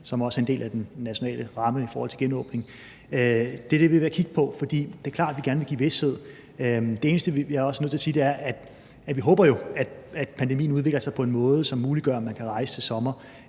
også er en del af den nationale ramme for genåbning. Det er det, vi er ved at kigge på, for det er klart, at vi gerne vil skabe vished. Det eneste, jeg også er nødt til at sige, er, at vi håber, at pandemien udvikler sig på en måde, som muliggør, at man kan rejse til sommer.